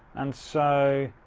and, so,